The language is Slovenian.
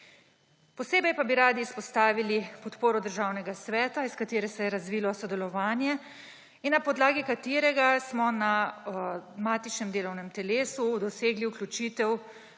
Posebej pa bi radi izpostavili podporo Državnega sveta, iz katere se je razvilo sodelovanje in na podlagi katere smo na matičnem delovnem telesu dosegli vključitev